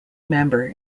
member